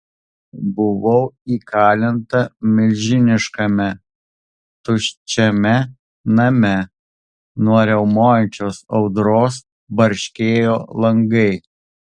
buvau įkalinta milžiniškame tuščiame name nuo riaumojančios audros barškėjo langai